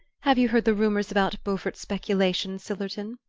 have you heard the rumours about beaufort's speculations, sillerton?